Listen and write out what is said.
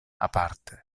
aparte